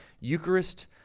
Eucharist